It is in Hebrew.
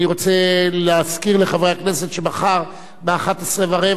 אני רוצה להזכיר לחברי הכנסת שמחר ב-11:15,